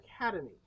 Academy